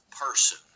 person